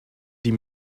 die